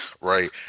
Right